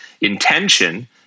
intention